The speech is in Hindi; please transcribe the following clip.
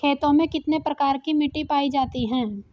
खेतों में कितने प्रकार की मिटी पायी जाती हैं?